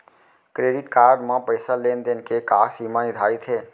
Credit card म पइसा लेन देन के का सीमा निर्धारित हे?